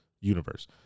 universe